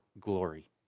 glory